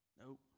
Nope